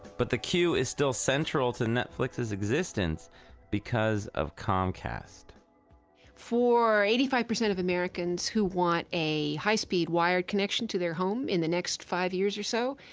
but the queue is still central to netflix's is existence because of comcast for eighty five percent of americans who want a high speed wired connection to their home in the next five years or so,